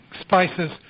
spices